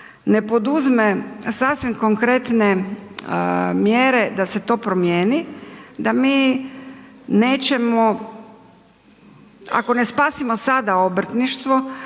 ne poduzme sasvim konkretne mjere da se to promijeni, da mi nećemo, ako ne spasimo sada obrtništvo